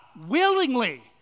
willingly